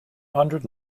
hundred